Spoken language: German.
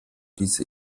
diese